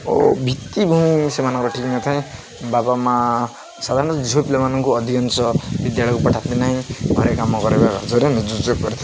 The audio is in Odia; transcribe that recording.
ଓ ଭିତ୍ତିଭୂମି ସେମାନଙ୍କର ଠିକ୍ ନଥାଏ ବାବା ମାଆ ସାଧାରଣତଃ ଝିଅ ପିଲାମାନଙ୍କୁ ଅଧିକାଂଶ ବିଦ୍ୟାଳୟକୁ ପଠାନ୍ତି ନାହିଁ ଘରେ କାମ କରିବାରେ ନିଯୋଗ କରିଥାଏ